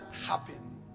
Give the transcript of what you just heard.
happen